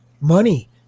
Money